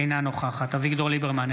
אינה נוכחת אביגדור ליברמן,